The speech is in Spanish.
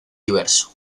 diverso